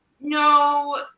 no